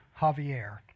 Javier